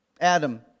adam